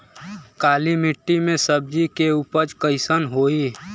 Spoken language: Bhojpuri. काली मिट्टी में सब्जी के उपज कइसन होई?